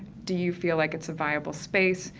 do you feel like it's a viable space?